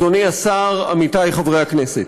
אדוני השר, עמיתי חברי הכנסת,